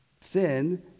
Sin